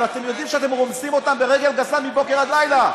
אבל אתם יודעים שאתם רומסים אותן ברגל גסה מבוקר עד לילה.